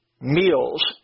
meals